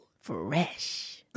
Fresh